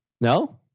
no